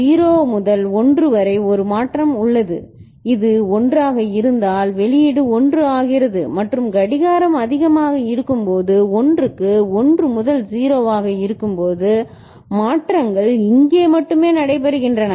0 முதல் 1 வரை ஒரு மாற்றம் உள்ளது இது 1 ஆக இருந்தால் வெளியீடு 1 ஆகிறது மற்றும் கடிகாரம் அதிகமாக இருக்கும்போது 1 க்கு 1 முதல் 0 ஆக இருக்கும்போது மாற்றங்கள் இங்கே மட்டுமே நடைபெறுகின்றன